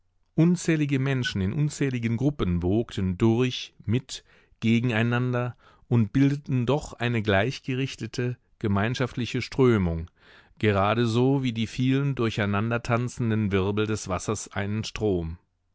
unzählige menschen in unzähligen gruppen wogten durch mitgegeneinander und bildeten doch eine gleichgerichtete gemeinschaftliche strömung gerade so wie die vielen durcheinandertanzenden wirbel des wassers einen strom